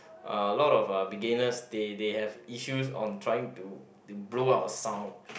uh a lot of uh beginners they they have issues on trying to to blow out a sound